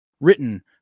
written